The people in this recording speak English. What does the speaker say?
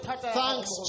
thanks